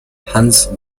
hans